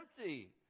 empty